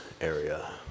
area